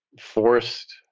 forced